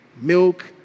milk